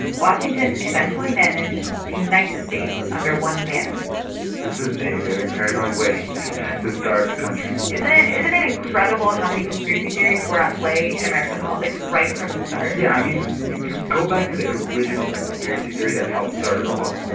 washington eventually managed to unite the states under one banner this is a very paranoid way to start a country isn't it? isn't it incredible how many conspiracy theories were at play in american politics right from the start? yeah, i mean, if you go back to the original conspiracy theory that helped start it all,